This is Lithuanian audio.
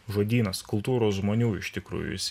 žodynas kultūros žmonių iš tikrųjų jis